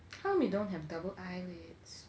how come you don't have double eyelids